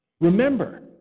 Remember